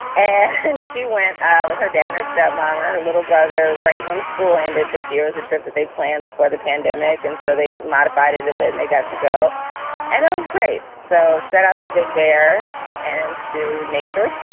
and she went with her dad and step mom and her little brother. right. one school ended this year was a trip that they planned before the pandemic. and so they modified it a bit and they got to go and it was great. so shout out to big bear and to nature.